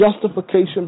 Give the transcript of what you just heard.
justification